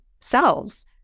selves